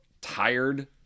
tired